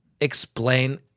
explain